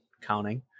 counting